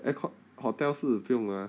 airco~ hotel 是不用啦